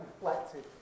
Reflective